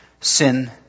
Sin